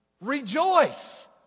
Rejoice